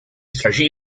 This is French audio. s’agit